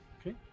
Okay